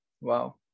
Wow